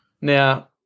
Now